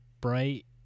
bright